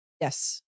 Yes